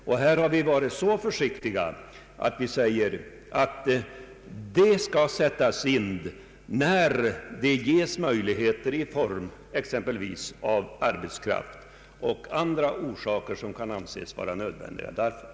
Vi reservanter har varit så försiktiga att vi sagt att åtgärder skall sättas in när det ges möjligheter därtill, dvs. när det finns tillgång till arbetskraft och andra nödvändiga resurser.